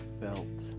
felt